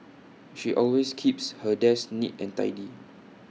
she always keeps her desk neat and tidy